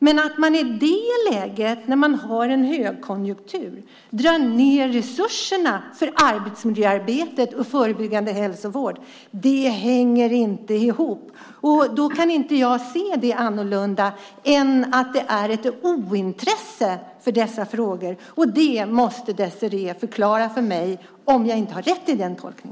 Men att i ett läge med en högkonjunktur dra ned resurserna för arbetsmiljöarbete och förebyggande hälsovård hänger inte ihop. Jag kan inte se det annorlunda än att det är ett ointresse för dessa frågor. Désirée måste förklara för mig om jag inte gör rätt tolkning.